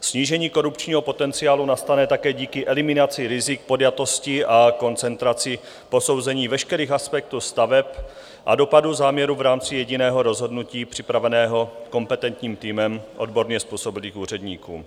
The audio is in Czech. Snížení korupčního potenciálu nastane také díky eliminaci rizik podjatosti a koncentraci posouzení veškerých aspektů staveb a dopadů záměru v rámci jediného rozhodnutí připraveného kompetentním týmem odborně způsobilých úředníků.